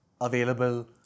available